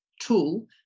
tool